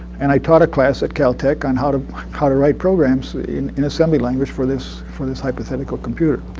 and i taught a class at caltech on how to how to write programs in in assembly language for this for this hypothetical computer.